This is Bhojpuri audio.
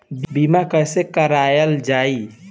बीमा कैसे कराएल जाइ?